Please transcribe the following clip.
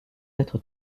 d’être